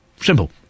Simple